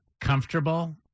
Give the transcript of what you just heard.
comfortable